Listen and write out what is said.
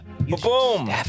Boom